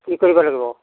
কি কৰিব লাগিব